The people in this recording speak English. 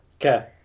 okay